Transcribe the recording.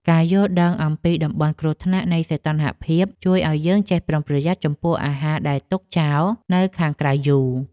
ការយល់ដឹងអំពីតំបន់គ្រោះថ្នាក់នៃសីតុណ្ហភាព ជួយឱ្យយើងចេះប្រុងប្រយ័ត្នចំពោះអាហារដែលទុកចោលនៅខាងក្រៅយូរ។